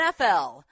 NFL